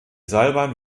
seilbahn